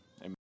amen